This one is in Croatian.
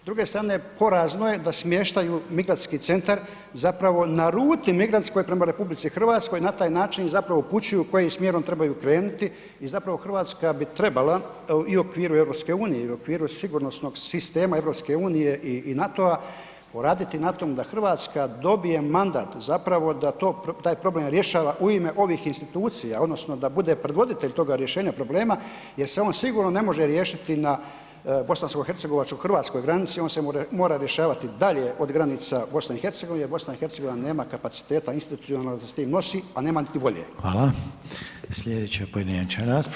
S druge strane porazno je da smještaju migrantski centar zapravo na ruti migrantskoj prema RH, na taj način zapravo upućuju kojim smjerom trebaju krenuti i zapravo Hrvatska bi trebala i u okviru EU i u okviru sigurnosnog sistema EU i NATO-a poraditi na tome da Hrvatska dobije mandat zapravo da taj problem rješava u ime ovih institucija odnosno da bude predvoditelj toga rješenja problema jer se on sigurno ne može riješiti na bosansko-hercegovačko-hrvatskoj granici, on se mora rješavati dalje od granica BiH, BiH nema kapaciteta institucionalnog da se sa time nosi a nema niti volje.